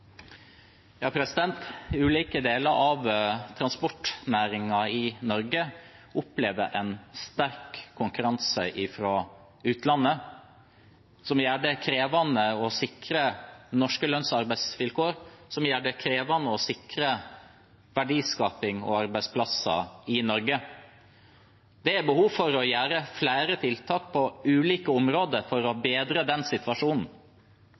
i Norge opplever en sterk konkurranse fra utlandet, noe som gjør det krevende å sikre norske lønns- og arbeidsvilkår og å sikre verdiskaping og arbeidsplasser i Norge. Det er behov for å iverksette flere tiltak på ulike områder for å bedre den situasjonen.